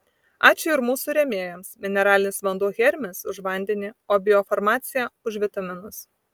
ačiū ir mūsų rėmėjams mineralinis vanduo hermis už vandenį o biofarmacija už vitaminus